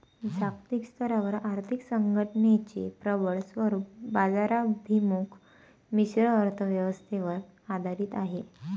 जागतिक स्तरावर आर्थिक संघटनेचे प्रबळ स्वरूप बाजाराभिमुख मिश्र अर्थ व्यवस्थेवर आधारित आहे